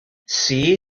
see